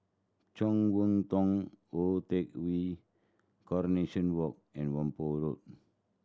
Chong Hua Tong Tou Teck Hwee Coronation Walk and Whampoa Road